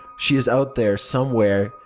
she is out there, somewhere.